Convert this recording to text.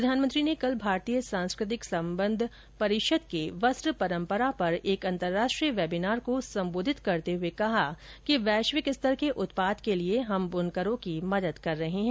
प्रधानमंत्री ने कल भारतीय सांस्कृतिक संबंध परिषद के वस्त्र परंपरा पर एक अंतरराष्ट्रीय वेबिनार को संबोधित करते हुए कहा कि वैश्विक स्तर के उत्पाद के लिए हम बुनकरों की मदद कर रहे हैं